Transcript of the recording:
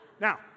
Now